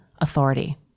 authority